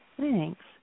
Thanks